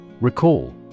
Recall